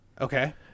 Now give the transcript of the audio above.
Okay